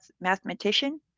Mathematician